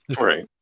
Right